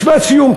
משפט סיום.